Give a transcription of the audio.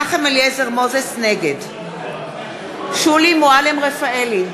נגד שולי מועלם-רפאלי,